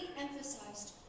emphasized